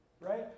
Right